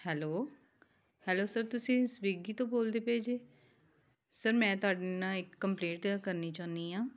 hello hello sir ਤੁਸੀਂ Swiggy ਤੋਂ ਬੋਲਦੇ ਪਏ ਜੇ ਸਰ ਮੈਂ ਤੁਹਾਡੇ ਨਾਲ ਇੱਕ ਕੰਪਲੇਂਟ ਕਰਨੀ ਚਾਹੁੰਦੀ ਹਾਂ